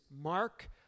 Mark